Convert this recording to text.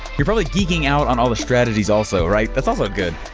you're probably geeking out on all the strategies also, right? that's also good.